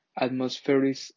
atmospheric